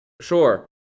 sure